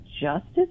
justice